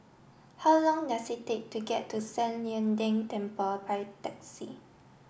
how long does it take to get to San Lian Deng Temple by taxi